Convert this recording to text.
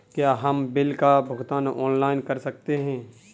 क्या हम बिल का भुगतान ऑनलाइन कर सकते हैं?